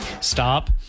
Stop